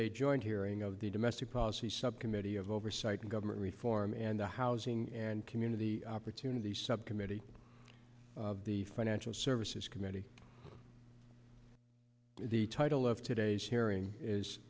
a joint hearing of the domestic policy subcommittee of oversight and government reform and the housing and community opportunity subcommittee of the financial services committee the title of today's hearing is